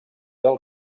del